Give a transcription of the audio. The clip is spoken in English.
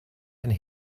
and